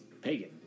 pagan